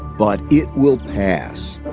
but it will pass.